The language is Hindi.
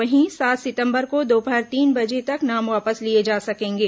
वहीं सात सितंबर को दोपहर तीन बजे तक नाम वापस लिए जा सकेंगे